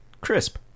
crisp